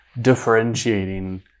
differentiating